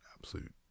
absolute